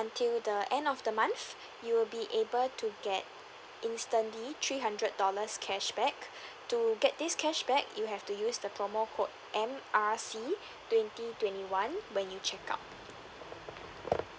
until the end of the month you will be able to get instantly three hundred dollars cashback to get this cashback you have to use the promo code M R C twenty twenty one when you check out